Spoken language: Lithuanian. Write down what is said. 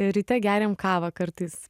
ryte geriam kavą kartais